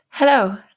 Hello